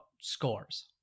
scores